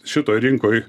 šitoj rinkoj